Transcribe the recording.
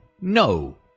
No